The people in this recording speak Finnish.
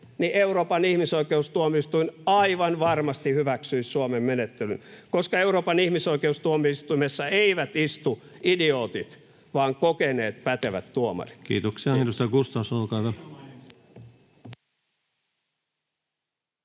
siellä ratkaistavaksi, aivan varmasti hyväksyisi Suomen menettelyn, koska Euroopan ihmisoikeustuomioistuimessa eivät istu idiootit vaan kokeneet, pätevät tuomarit. [Speech